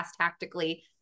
tactically